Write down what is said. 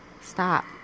Stop